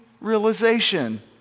realization